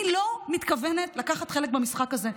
אני לא מתכוונת לקחת חלק במשחק הזה.